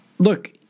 Look